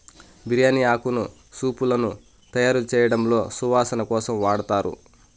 బిర్యాని ఆకును సూపులను తయారుచేయడంలో సువాసన కోసం వాడతారు